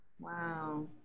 Wow